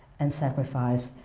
and sacrifice,